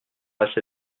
assez